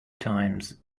times